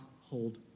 hold